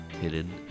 hidden